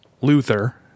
Luther